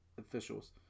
officials